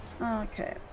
okay